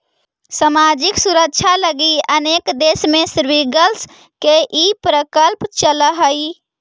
सामाजिक सुरक्षा लगी अनेक देश में सेविंग्स के ई प्रकल्प चलऽ हई